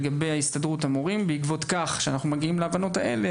לגבי הסתדרות המורים בעקבות כך שאנחנו מגיעים להבנות האלה,